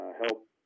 help